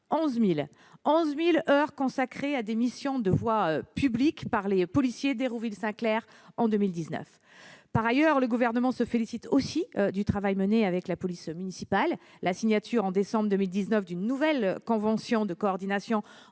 11 000 heures ont été consacrées à des missions de voie publique par les policiers d'Hérouville-Saint-Clair en 2019. Par ailleurs, le Gouvernement se félicite aussi du travail mené avec la police municipale : la signature, en décembre 2019, d'une nouvelle convention de coordination